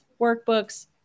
workbooks